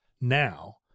now